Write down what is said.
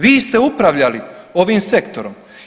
Vi ste upravljali ovim sektorom.